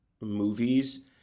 movies